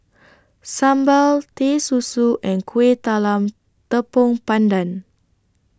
Sambal Teh Susu and Kuih Talam Tepong Pandan